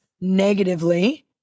negatively